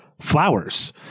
flowers